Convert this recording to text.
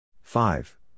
five